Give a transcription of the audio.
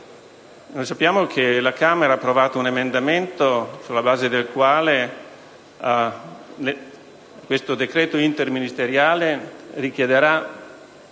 Sappiamo che la Camera ha approvato un emendamento sulla base del quale questo decreto interministeriale richiederà